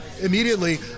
immediately